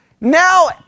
now